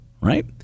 right